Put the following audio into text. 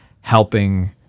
helping